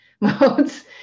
modes